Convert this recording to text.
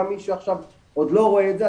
גם מי שעכשיו עוד לא רואה את זה,